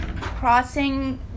crossing